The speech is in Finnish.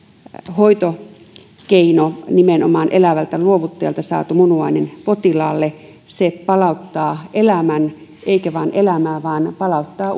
hoitokeino nimenomaan elävältä luovuttajalta saatu munuainen potilaalle se palauttaa elämän eikä vain palauta elämää vaan palauttaa